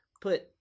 put